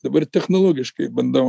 dabar technologiškai bandau